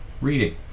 reading